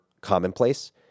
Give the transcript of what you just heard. commonplace